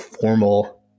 formal